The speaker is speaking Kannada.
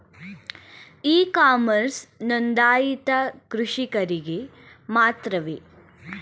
ಇ ಕಾಮರ್ಸ್ ನೊಂದಾಯಿತ ಕೃಷಿಕರಿಗೆ ಮಾತ್ರವೇ?